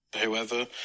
whoever